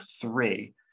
three